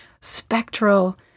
spectral